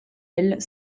elle